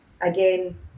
Again